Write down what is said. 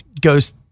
goes